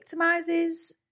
victimizes